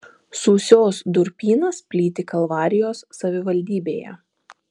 sūsios durpynas plyti kalvarijos savivaldybėje